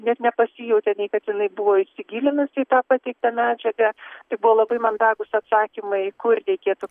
net nepasijautėte nei kad jinai buvo įsigilinus į tą pateiktą medžiagą tai buvo labai mandagūs atsakymai kur reikėtų